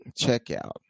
checkout